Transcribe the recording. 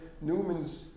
Newman's